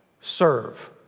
Serve